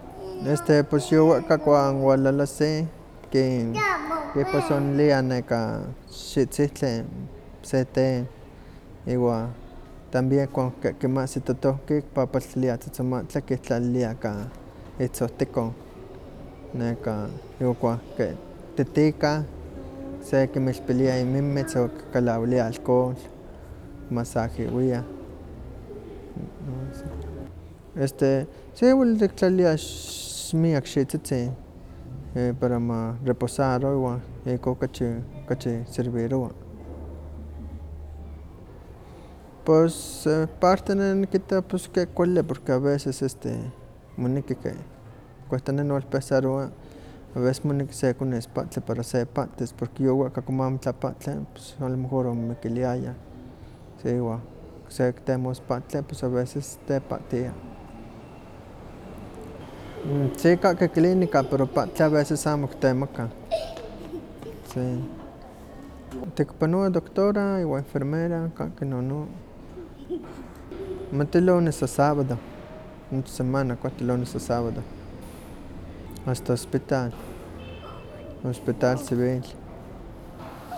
Este pues yowak kakah walalahsi kiposoniliah xihtzihtli se té, iwa también cuando keh kinahsi totohki, kipahpaltilia tzotzomaktla kihtlalilia kah itohtekon, neka kuahki titikah, sekinmilpilia inmimezt okilawiliah alcohol, masajewiah. Este si welis sektlalia miak xiwtzitzi, e- para ma reposaro iwa ikon kachi kachi servorowa. pos por parte ne nikita ke kuali porque a veces este moneki ke kuehta ne miwalpensarowa aveces moneki sekonis pahtli para se pahtis porque yuwehka como amitla pahtli alomejor omomikiliayah, sí iwa sekitemos pahtli, pues a veces tepahtia. Sí kahki clínica pero pahtli a veces amo kitemakah, sí. Tikipanowa doctroa iwa enfermera kahki nono. Mati lunes a sábado, nochi semana kualti lunes a sabado, asta hospital, hospital civil.